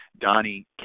Donnie